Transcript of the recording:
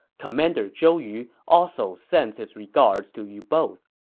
commander zhou yu also sends his regards to you both.